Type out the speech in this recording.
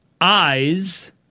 eyes